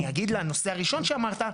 אני אגיב לנושא הראשון שאמרת.